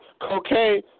Cocaine